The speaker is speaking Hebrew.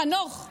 חנוך,